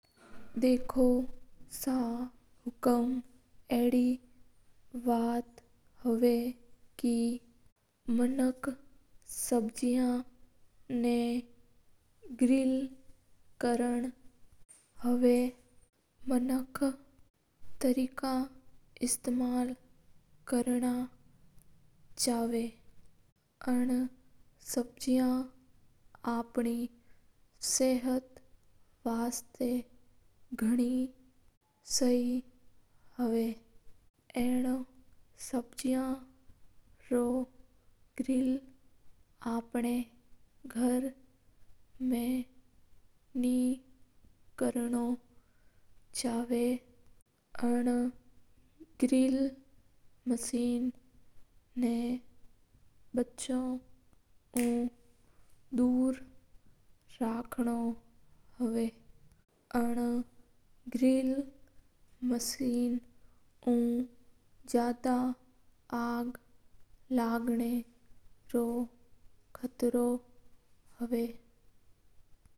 देखो सा हुकूम अडी बात हवा के मनक सब्जेया ना ग्रीन सब्जेया अपने शांते वास्ता गणी हवा एना सब्जेया रो ग्रिल अपना गर ने कर नो चवा। आना ग्रिल मसीन ना बचाव ड्यूरिंग राखा नो हवा एना ग्रिल मसीन नु जायदा आग लाग ना रो केटरो हवा।